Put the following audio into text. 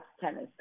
tennis